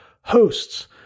hosts